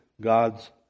God's